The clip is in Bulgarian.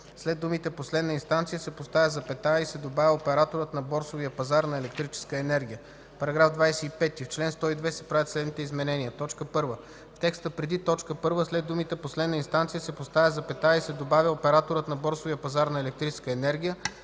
след думите „последна инстанция” се поставя запетая и се добавя „операторът на борсовия пазар на електрическа енергия”. § 25. В чл. 102 се правят следните допълнения: 1. В текста преди т. 1 след думите „последна инстанция” се поставя запетая и се добавя „операторът на борсовия пазар на електрическа енергия”.